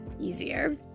easier